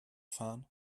fahren